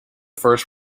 first